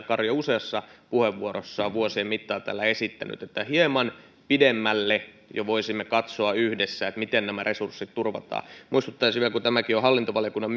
kari on useassa puheenvuorossaan vuosien mittaan täällä esittänyt että hieman pidemmälle jo voisimme katsoa yhdessä miten nämä resurssit turvataan muistuttaisin vielä kun tämäkin on hallintovaliokunnan